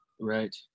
Right